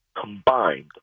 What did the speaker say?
combined